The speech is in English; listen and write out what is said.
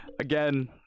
Again